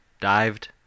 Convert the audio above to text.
dived